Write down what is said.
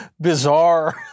bizarre